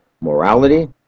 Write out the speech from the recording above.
morality